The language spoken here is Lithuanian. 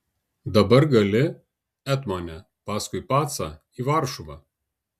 dabar gali etmone paskui pacą į varšuvą